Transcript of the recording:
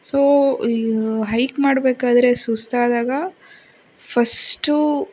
so hike ಮಾಡಬೇಕಾದ್ರೆ ಸುಸ್ತಾದಾಗ first